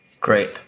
Great